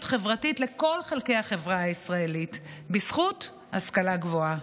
חברתית לכל חלקי החברה הישראלית בזכות ההשכלה הגבוהה.